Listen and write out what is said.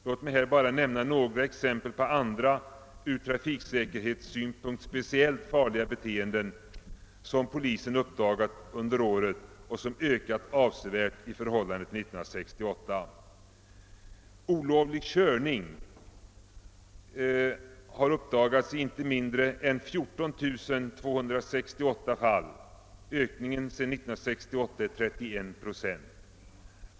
Låt mig här bara nämna några exempel på andra ur trafiksäkerhetssynpunkt speciellt farliga beteenden som polisen uppdagat under år 1969 och som ökat avsevärt i förhållande till år 1968. Olovlig körning har uppdagats i inte mindre än 14 268 fall — en ökning sedan 1968 med 31 procent.